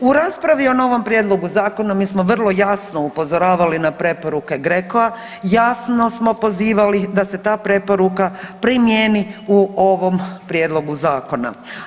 U raspravi o novom Prijedlogu zakona mi smo vrlo jasno upozoravali na preporuke GRECO-a, jasno smo pozivali da se ta preporuka primijeni u ovom Prijedlogu zakona.